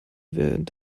während